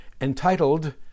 entitled